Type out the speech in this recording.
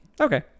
Okay